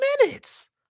minutes